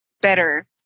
better